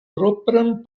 propran